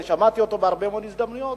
אני שמעתי אותו בהרבה מאוד הזדמנויות,